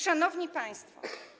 Szanowni Państwo!